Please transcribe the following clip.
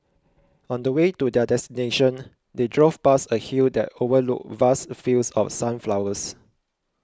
on the way to their destination they drove past a hill that overlooked vast fields of sunflowers